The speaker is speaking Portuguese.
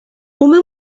uma